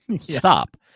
Stop